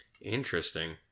Interesting